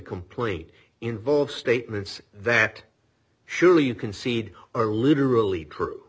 complaint involve statements that surely you concede are literally true